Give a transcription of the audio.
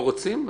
לא רוצים?